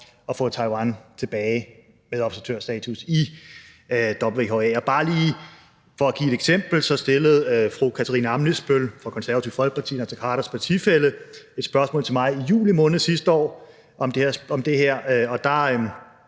at få Taiwan tilbage med observatørstatus i WHA. Og bare lige for at give et eksempel, så stillede fru Katarina Ammitzbøll fra Konservative Folkeparti, hr. Naser Khaders partifælle, et spørgsmål til mig i juli måned sidste år om det her,